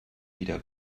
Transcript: wieder